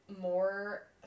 more